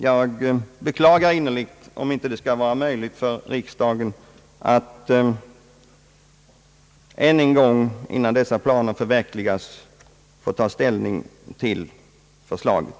Jag beklagar innerligt, om det inte blir möjligt för riksdagen att ännu en gång, innan dessa planer förverkligas, få ta ställning till förslaget.